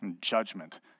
judgment